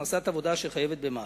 הכנסת עבודה אשר חייבת במס.